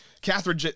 Catherine